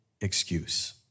excuse